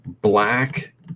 black